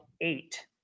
eight